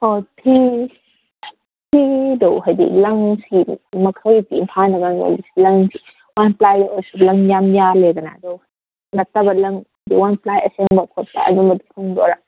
ꯍꯣꯏ ꯍꯣꯏ ꯐꯤ ꯐꯤꯗꯣ ꯍꯥꯏꯗꯤ ꯂꯪ ꯐꯤꯒꯤ ꯃꯈꯜꯒꯤ ꯏꯝꯐꯥꯜꯗꯒ ꯌꯣꯜꯂꯤꯁꯤꯗꯤ ꯂꯪ ꯋꯥꯟ ꯄ꯭ꯂꯥꯏ ꯑꯣꯏꯁꯨ ꯂꯪ ꯌꯥꯝ ꯌꯥꯝꯃꯤꯗꯅ ꯑꯗꯣ ꯅꯠꯇꯕ ꯂꯪꯗꯣ ꯋꯥꯟ ꯄ꯭ꯂꯥꯏ ꯑꯁꯦꯡꯕ ꯈꯣꯠꯄ ꯑꯗꯨꯝꯕꯗꯣ ꯐꯪꯗꯣꯏꯔꯥ